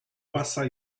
łasa